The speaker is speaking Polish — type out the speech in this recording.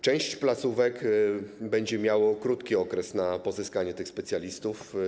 Część placówek będzie miała krótki okres na pozyskanie tych specjalistów.